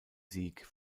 sieg